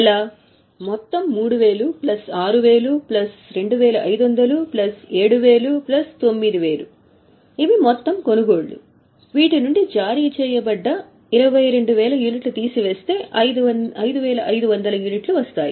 ఎలా మొత్తం 3000 plus 6000 plus 2500 plus 7000 plus 9000 ఇవి మొత్తం కొనుగోళ్లు వీటి నుండి జారీ చేయబడ్డ 22000 యూనిట్లు తీసివేస్తే 5500 యూనిట్లు వస్తాయి